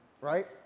right